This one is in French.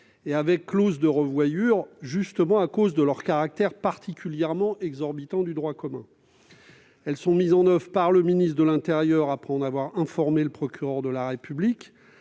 et avec clause de rendez-vous, justement à cause de leur caractère particulièrement exorbitant du droit commun. Les Micas sont mises en oeuvre par le ministre de l'intérieur, après information du procureur de la République,